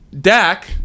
Dak